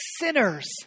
sinners